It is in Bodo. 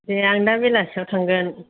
दे आं दा बेलासिआव थांगोन